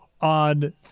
on